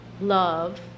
love